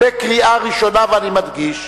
בקריאה ראשונה, ואני מדגיש.